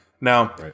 Now